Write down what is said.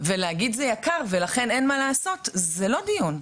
ולהגיד "זה יקר ולכן אין מה לעשות", זה לא דיון.